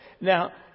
Now